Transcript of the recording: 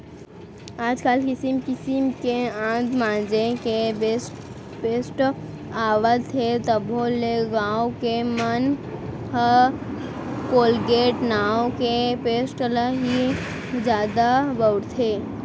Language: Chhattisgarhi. आज काल किसिम किसिम के दांत मांजे के पेस्ट आवत हे तभो ले गॉंव के मन ह कोलगेट नांव के पेस्ट ल ही जादा बउरथे